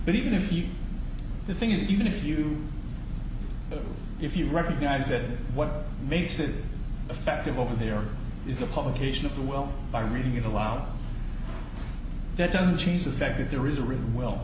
but even if the thing is even if you if you recognize that what makes it effective over here is the publication of the well by reading it aloud that doesn't change the fact that there is a written well